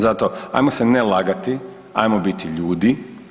Zato ajmo se ne lagati, ajmo biti ljudi.